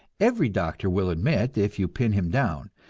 every doctor will admit, if you pin him down,